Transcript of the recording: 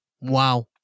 Wow